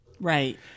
Right